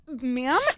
ma'am